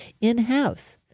in-house